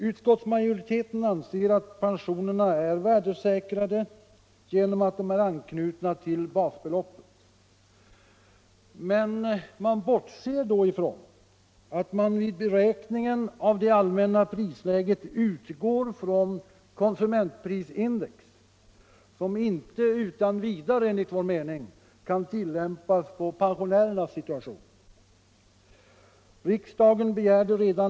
Utskottsmajoriteten anser att pensionerna är värdesäkrade genom att de är anknutna till basbeloppet. Men utskottet bortser då ifrån att man vid beräkningen av det allmänna prisläget utgår från konsumentprisindex, som inte utan vidare enligt vår mening kan tillämpas på pensionärernas situation.